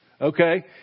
Okay